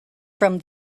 from